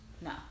No